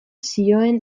zioen